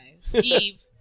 Steve